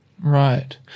Right